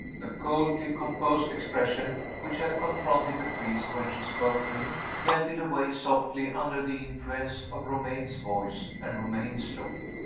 the coldly composed expression which had confronted the priest when she spoke to him, melted away softly under the influence of romayne's voice and romayne's look.